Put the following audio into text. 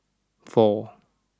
four